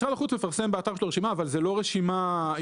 משרד החוץ מפרסם באתר שלו רשימה אבל זאת לא רשימה עם תוקף אקטואלי.